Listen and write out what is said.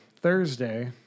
Thursday